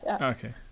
Okay